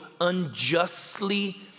unjustly